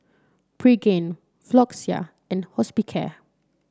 Pregain Floxia and Hospicare